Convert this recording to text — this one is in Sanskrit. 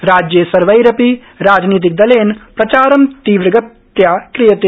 राज्ये सर्वैरपि राजनीतिकदलेन प्रचारं तीव्रगत्या क्रियते